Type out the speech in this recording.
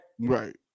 Right